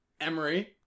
Emery